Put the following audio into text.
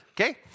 Okay